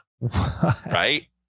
right